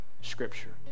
Scripture